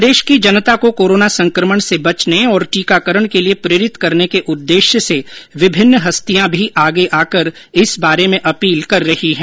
प्रदेश की जनता को कोरोना संक्रमण से बचने और टीकाकरण के लिए प्रेरित करने के उद्देश्य से विभिन्न हस्तियां भी आगे आकर इस बारे में अपील कर रही है